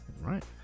right